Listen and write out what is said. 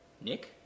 Nick